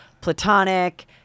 Platonic